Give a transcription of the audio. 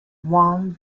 wong